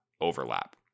overlap